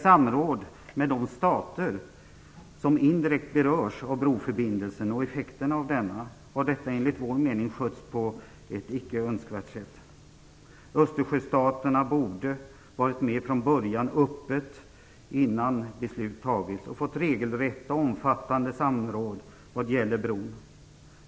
Samråd med de stater som indirekt berörs av broförbindelsen och effekterna av denna har enligt vår mening skötts på ett icke önskvärt sätt. Östersjöstaterna borde ha varit med från början innan beslut fattats. De borde ha fått delta i ett regelrätt och omfattande samråd vad gäller bron.